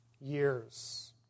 years